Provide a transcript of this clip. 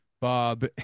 Bob